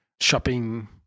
shopping